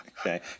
okay